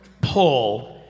pull